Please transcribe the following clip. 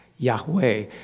Yahweh